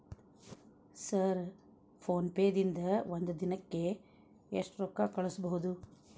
Sir PhonePe ದಿಂದ ಒಂದು ದಿನಕ್ಕೆ ಎಷ್ಟು ರೊಕ್ಕಾ ಕಳಿಸಬಹುದು?